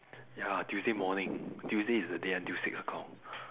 ya lah Tuesday morning Tuesday is the day until six o-clock